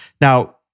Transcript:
Now